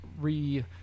re-